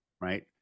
right